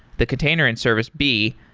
the container in service b,